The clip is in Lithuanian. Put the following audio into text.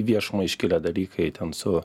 į viešumą iškilę dalykai ten su